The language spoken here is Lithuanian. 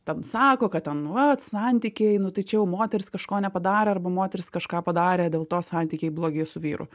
ten sako kad ten vat santykiai nu tai čia jau moteris kažko nepadarė arba moteris kažką padarė dėl to santykiai blogi su vyru